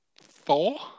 four